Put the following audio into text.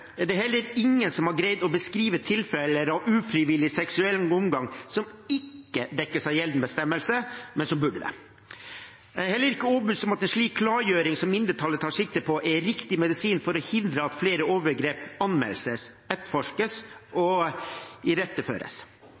er det heller ingen som har greid å beskrive tilfeller av ufrivillig seksuell omgang som ikke dekkes av gjeldende bestemmelse, men som burde det. Jeg er heller ikke overbevist om at en slik klargjøring som mindretallet tar sikte på, er riktig medisin for at flere overgrep anmeldes, etterforskes og iretteføres.